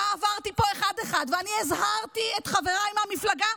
עברתי פה אחד-אחד ואני הזהרתי את חבריי מהמפלגה,